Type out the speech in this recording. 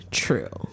true